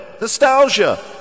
nostalgia